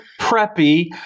preppy